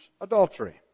adultery